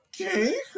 Okay